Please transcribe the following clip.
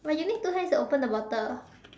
but you need to two hands to open the bottle